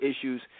issues